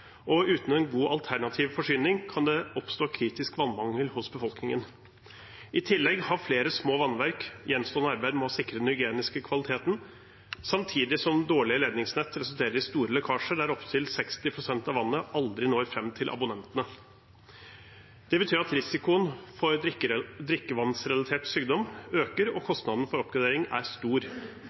og uten en god alternativ forsyning kan det oppstå kritisk vannmangel hos befolkningen. I tillegg har flere små vannverk gjenstående arbeid med å sikre den hygieniske kvaliteten, samtidig som dårlige ledningsnett resulterer i store lekkasjer, der opptil 60 pst. av vannet aldri når fram til abonnentene. Det betyr at risikoen for drikkevannsrelatert sykdom øker, og kostnaden for oppgradering er stor.